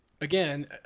again